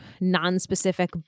non-specific